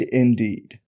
indeed